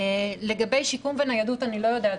לגבי שיקום וניידות אני לא יודעת.